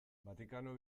vatikano